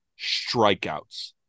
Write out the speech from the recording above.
strikeouts